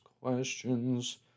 questions